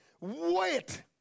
wait